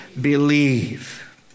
Believe